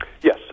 Yes